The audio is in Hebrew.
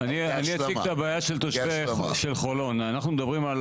אני אציג את הבעיה של חולון: אנחנו מדברים על